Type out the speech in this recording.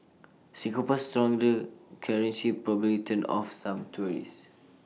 Singapore's stronger currency probably turned off some tourists